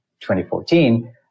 2014